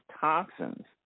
toxins